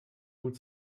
hut